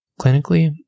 Clinically